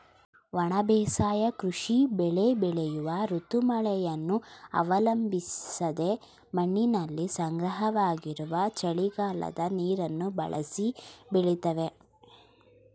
ಒಣ ಬೇಸಾಯ ಕೃಷಿ ಬೆಳೆ ಬೆಳೆಯುವ ಋತು ಮಳೆಯನ್ನು ಅವಲಂಬಿಸದೆ ಮಣ್ಣಿನಲ್ಲಿ ಸಂಗ್ರಹವಾಗಿರುವ ಚಳಿಗಾಲದ ನೀರನ್ನು ಬಳಸಿ ಬೆಳಿತವೆ